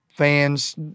fans